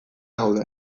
gaude